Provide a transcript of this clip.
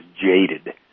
jaded